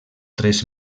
tres